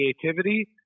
creativity